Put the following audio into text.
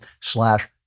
slash